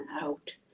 out